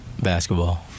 Basketball